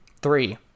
Three